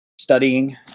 studying